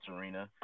arena